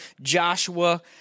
Joshua